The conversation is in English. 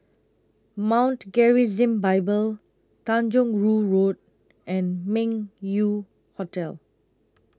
Mount Gerizim Bible Tanjong Rhu Road and Meng Yew Hotel